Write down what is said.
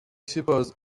suppose